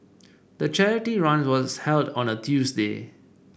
the charity run was held on a Tuesday